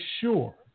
sure